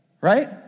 Right